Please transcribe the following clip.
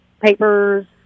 papers